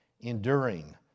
enduring